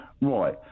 Right